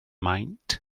maint